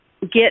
get